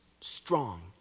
strong